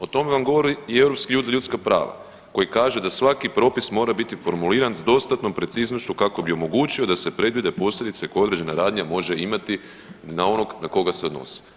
O tome vam govori i Europski sud za ljudska prava koji kaže da svaki propis mora biti formuliran s dostatnom preciznošću kako bi omogućio da se predvide posljedice koje određena radnja može imati na onog na koga se odnosi.